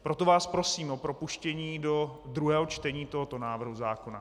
Proto vás prosím o propuštění do druhého čtení tohoto návrhu zákona.